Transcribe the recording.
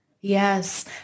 Yes